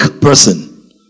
person